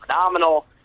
phenomenal